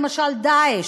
למשל "דאעש"